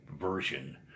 version